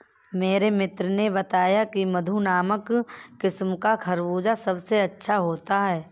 मेरे किसान मित्र ने बताया की मधु नामक किस्म का खरबूजा सबसे अच्छा होता है